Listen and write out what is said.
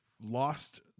lost